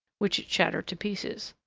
which it shattered to pieces.